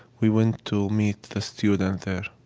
we went to meet the student there.